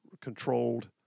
controlled